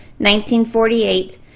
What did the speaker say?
1948